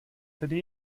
tedy